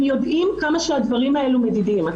הם יודעים כמה שהדברים האלה מדידים.